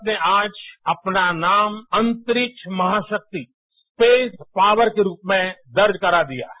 भारत ने आज अपना नाम अंतरिक्ष महाशक्ति स्पेश पावर के रूप में दर्ज करा दिया है